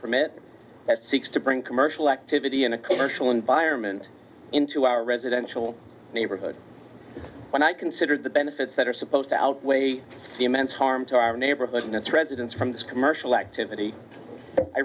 permit that seeks to bring commercial activity in a commercial environment into our residential neighborhood when i considered the benefits that are supposed to outweigh the immense harm to our neighborhood and its residents from this commercial activity i